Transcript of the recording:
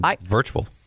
virtual